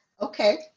okay